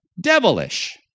devilish